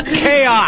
chaos